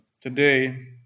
today